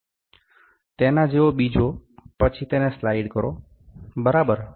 તેના જેવો બીજો પછી તેને સ્લાઇડ કરો બરાબર